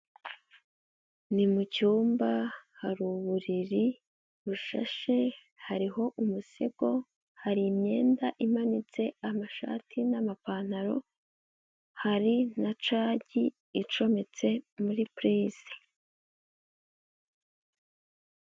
Ni mucyumba hari uburiri bushashe, hariho umusego, hari imyenda imanitse, amashati n'amapantaro, hari na cagi icometse muri purize.